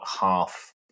half